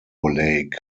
lake